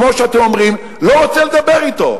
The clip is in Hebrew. כמו שאתם אומרים: לא רוצה לדבר אתו,